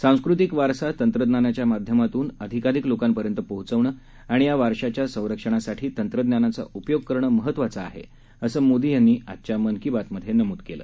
सांस्कृतिक वारसा तंत्रज्ञानाच्या माध्यमातून अधिकाधिक लोकांपर्यंत पोहचविणं आणि या वारशाच्या संरक्षणासाठी तंत्रज्ञानाचा उपयोग करणं महत्वाचं आहे असं मोदी यांनी आजच्या मन की बातमधे नमूद केलं